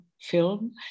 film